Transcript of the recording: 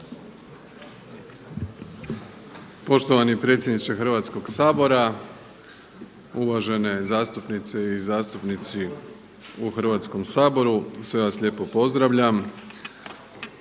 Poštovani predsjedniče Hrvatskog sabora, uvažene zastupnice i zastupnici u Hrvatskom saboru, sve vas lijepo pozdravljam